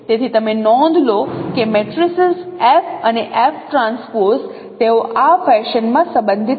તેથી તમે નોંધ લો કે મેટ્રિસીઝ F અને F ટ્રાન્સપોઝ તેઓ આ ફેશનમાં સંબંધિત છે